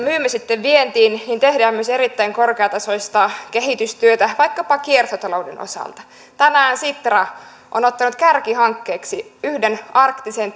myymme sitten vientiin tehdään myös erittäin korkeatasoista kehitystyötä vaikkapa kiertotalouden osalta tänään sitra on ottanut kärkihankkeeksi yhden arktisen